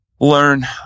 learn